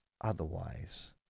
otherwise